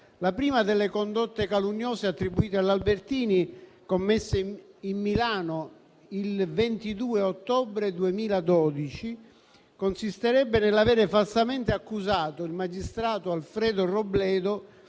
La prima delle condotte calunniose attribuite ad Albertini, commesse a Milano il 22 ottobre 2012, consisterebbe nell'avere falsamente accusato il magistrato Alfredo Robledo